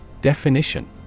Definition